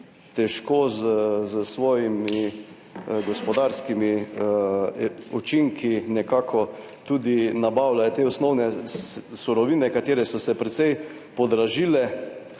težko s svojimi gospodarskimi učinki nekako tudi nabavljajo te osnovne surovine, katere so se precej podražile.